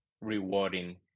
rewarding